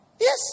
Yes